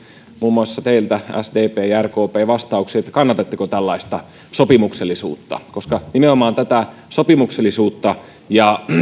muun muassa teiltä sdp ja rkp vastaukset kannatatteko tällaista sopimuksellisuutta koska nimenomaan tätä sopimuksellisuutta ja